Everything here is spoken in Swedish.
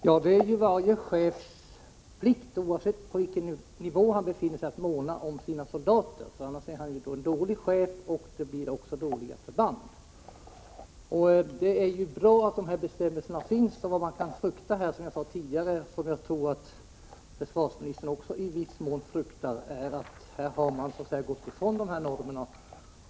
Herr talman! Det är varje chefs plikt, oavsett på vilken nivå han befinner sig, att måna om sina soldater. Annars är han en dålig chef, och det blir ett dåligt förband. Vad man kan frukta är, som jag sade tidigare — vilket jag tror att försvarsministern också i viss mån fruktar — att man har gått ifrån normerna.